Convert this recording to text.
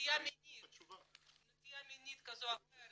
נטייה מינית כזאת או אחרת